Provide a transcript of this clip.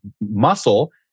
muscle